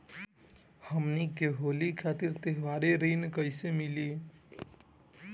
हमके होली खातिर त्योहारी ऋण कइसे मीली?